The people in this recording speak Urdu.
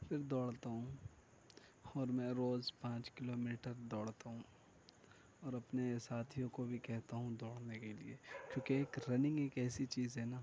پھر دوڑتا ہوں اور میں روز پانچ کلو میٹر دوڑتا ہوں اور اپنے ساتھیوں کو بھی کہتا ہوں دوڑنے کے لیے کیونکہ ایک رننگ ایک ایسی چیز ہے نا